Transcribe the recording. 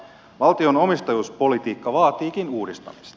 valtion omistajuuspolitiikka vaatiikin uudistamista